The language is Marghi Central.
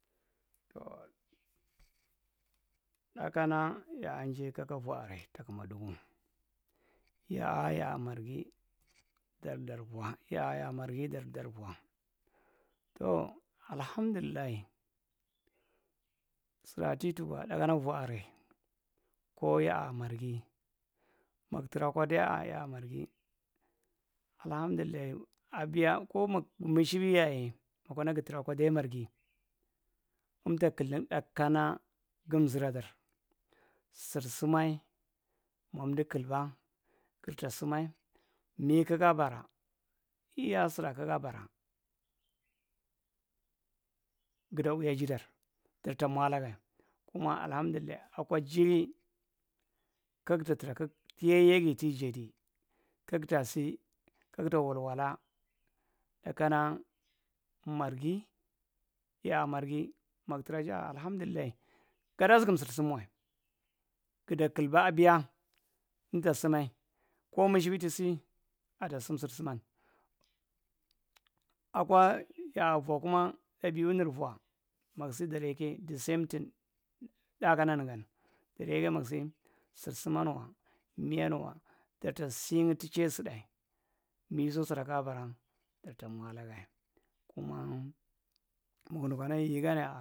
Tow tlakana yaanjay kaka’vwa’aray takumadugu yaa yaamargi dar dar vwa yaa’yumargi dar darvwa tow alahamdullai suraa titukwa tnakana vwa aray ko yaa margi muktra kwa de’a ya’a margi alahamdullai abia ko mug mushibi yaye mokona gutrakwa dea margi emta killing tnakana gumzuradar sirmimmay momdu kulba girta simay me kugaa bara miyaye suraa kugaabara guda wiajidar darta mwalagae kuma alahamdullai akwa jiri kikta tra tiye yegi ti jedi kigta si kigta walwala tnaka na margi ya’a margi maktra ja’a alahamdullai gadaa sukum sir simwae guda kilba abia emta simmay ko mushibi tu si ata sisir siman akwa yaa vwa kuma tdabiu nur vwa mak sidi dar yekay sidemting tdakana nigan dar yekay maksin sirsiman’wa miyan darta singa tucheay sutdae meeso sura kugabaran darta mwalagae kuma mugunu kana yigan’yaa aa.